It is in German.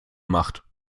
macht